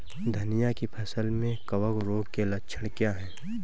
धनिया की फसल में कवक रोग के लक्षण क्या है?